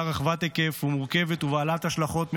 רחבת היקף ומורכבת ובעלת השלכות מרובות,